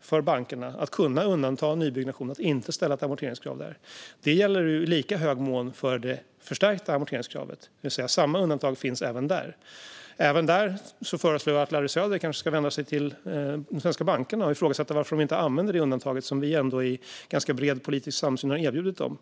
för bankerna att de kan undanta nybyggnation och inte ställa ett amorteringskrav där. Det gäller i lika hög grad det förstärkta amorteringskravet, det vill säga samma undantag finns även där. Också i detta fall föreslår jag att Larry Söder vänder sig till de svenska bankerna och ifrågasätter varför de inte använder det undantag som vi i ganska bred politisk samsyn har erbjudit dem.